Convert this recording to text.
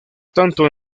tanto